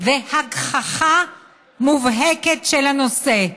והגחכה מובהקת של הנושא".